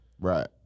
Right